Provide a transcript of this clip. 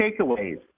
takeaways